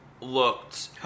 looked